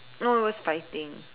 no it was fighting